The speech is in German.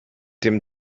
dem